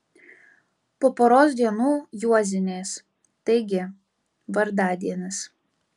po poros dienų juozinės taigi vardadienis